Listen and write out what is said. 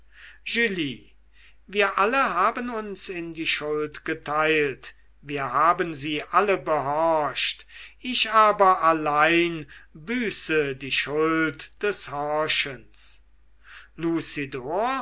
wir alle haben uns in die schuld geteilt wir haben sie alle behorcht ich aber allein büße die schuld des